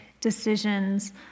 decisions